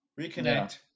Reconnect